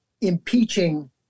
impeaching